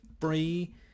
free